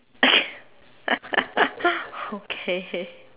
okay okay